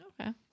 Okay